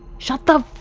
shut the fu.